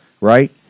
right